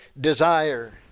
desire